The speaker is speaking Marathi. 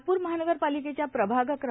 नागपूर महानगरपालिकेच्या प्रभाग क्र